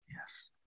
yes